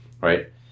right